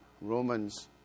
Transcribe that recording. Romans